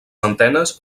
antenes